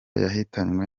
yahitanywe